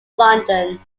london